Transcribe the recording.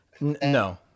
No